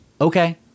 okay